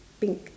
pink